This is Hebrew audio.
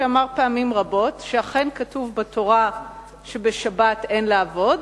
שאמר פעמים רבות שאכן כתוב בתורה שבשבת אין לעבוד,